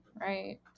right